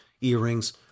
earrings